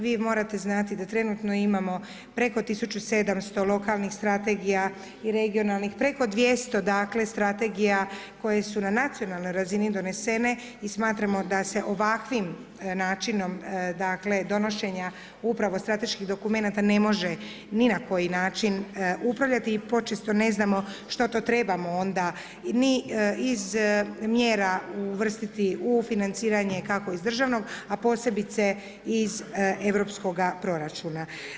Vi morate znati da trenutno ima preko tisuću 700 lokalnih strategija i regionalnih, preko 200 dakle strategija koje su na nacionalnoj razini donesene i smatramo da se ovakvim načinom dakle donošenja upravo strateških dokumenata ne može ni na koji način upravljati i počesto ne znamo što to trebamo onda ni iz mjera uvrstiti u financiranje kako iz državnog a posebice iz europskoga proračuna.